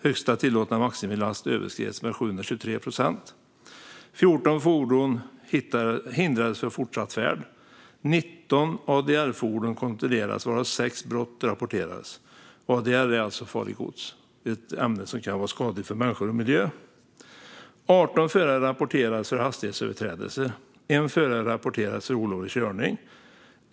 Högsta tillåtna maximilast överskreds med 723 procent. 14 fordon hindrades för fortsatt färd. 19 ADR-fordon kontrollerades varav 6 brott rapporterades." ADR är alltså farligt gods. Det är ett ämne som kan vara skadligt för människor och miljö. "18 förare rapporterades för hastighetsöverträdelser. 1 förare rapporterades för olovlig körning.